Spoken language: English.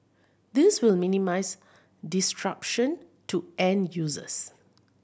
this will minimise disruption to end users